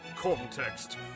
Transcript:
context